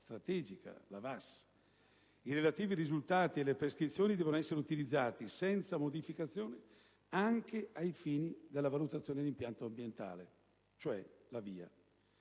strategica (VAS), i relativi risultati e le prescrizioni devono essere utilizzati, senza modificazioni, anche ai fini della valutazione di impatto ambientale. Tutto ciò